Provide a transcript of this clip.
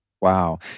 Wow